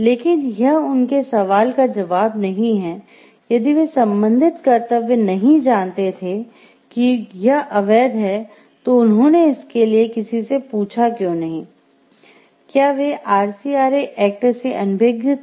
लेकिन यह उनके सवाल का जवाब नहीं है यदि वे संबंधित कर्तव्य नहीं जानते थे कि यह अवैध है तो उन्होंने इसके लिए किसी से पूछा क्यों नहीं क्या वे आरसीआरए एक्ट से अनभिज्ञ थे